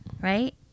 right